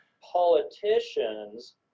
politicians